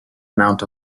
amount